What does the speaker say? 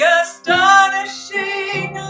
astonishing